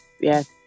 Yes